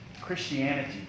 Christianity